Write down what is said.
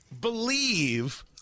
believe